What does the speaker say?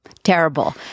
Terrible